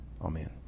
Amen